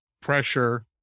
pressure